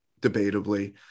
debatably